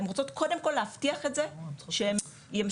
הן רוצות קודם כל להבטיח את זה שהן ימשיכו